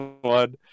one